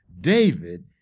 David